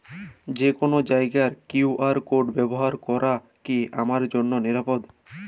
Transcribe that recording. যে কোনো জায়গার কিউ.আর কোড ব্যবহার করা কি আমার জন্য নিরাপদ?